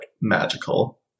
magical